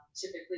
typically